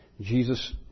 Jesus